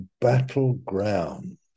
battleground